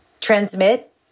transmit